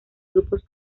grupos